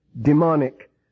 demonic